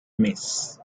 mes